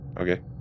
Okay